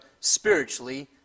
spiritually